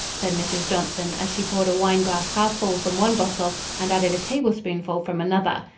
said mrs. johnson as she poured a wine-glass half full from one bottle and added a tablespoonful from another.